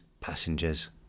passengers